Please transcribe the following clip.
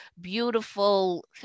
beautiful